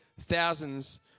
thousands